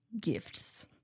gifts